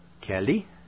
Kelly